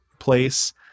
place